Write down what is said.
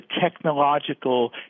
technological